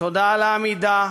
תודה על העמידה,